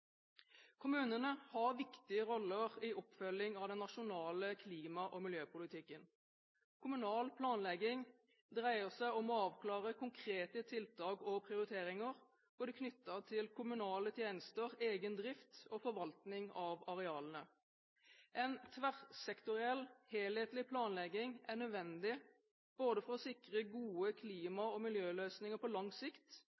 Kommunene har viktige roller i oppfølging av den nasjonale klima- og miljøpolitikken. Kommunal planlegging dreier seg om å avklare konkrete tiltak og prioriteringer, knyttet både til kommunale tjenester, egen drift og forvaltning av arealene. En tverrsektoriell, helhetlig planlegging er nødvendig både for å sikre gode